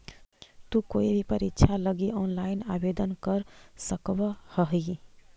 तु कोई भी परीक्षा लगी ऑनलाइन आवेदन कर सकव् हही